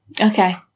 Okay